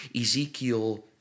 Ezekiel